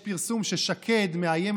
מסביב, דממה.